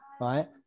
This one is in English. right